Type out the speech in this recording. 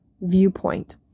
viewpoint